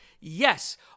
Yes